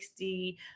60